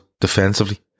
defensively